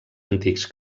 antics